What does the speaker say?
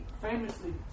famously